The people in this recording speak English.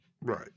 Right